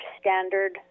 standard